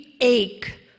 ache